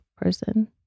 person